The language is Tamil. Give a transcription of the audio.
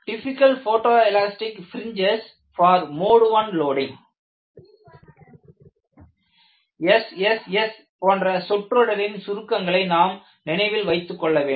typical photo elastic fringes for mode I loading SSS போன்ற சொற்றொடரின் சுருக்கங்களை நாம் நினைவில் வைத்துக்கொள்ள வேண்டும்